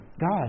God